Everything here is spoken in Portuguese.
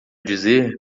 dizer